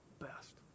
best